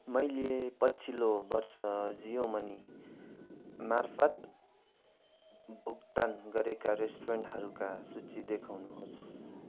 मैले पछिल्लो वर्ष जियो मनीमार्फत भुक्तान गरेका रेस्टुरेन्टहरूका सूची देखाउनुहोस्